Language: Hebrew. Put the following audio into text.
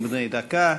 דקה.